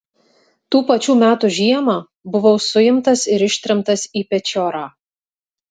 tų pačių metų žiemą buvau suimtas ir ištremtas į pečiorą